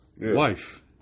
wife